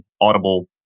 audible